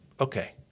okay